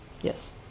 Yes